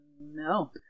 No